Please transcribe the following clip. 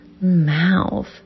mouth